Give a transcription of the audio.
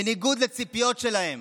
בניגוד לציפיות שלהם,